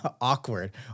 awkward